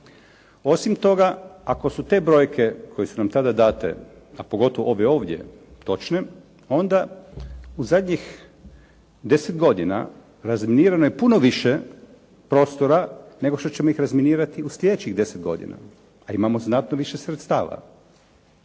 Osim toga, ako su te brojke koje su nam tada date, a pogotovo ove ovdje točne, onda u zadnjih 10 godina razminirano je puno više prostora nego što ćemo ih razminirati u sljedećih 10 godina, a imamo znatno više sredstava.